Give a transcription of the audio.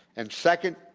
and second,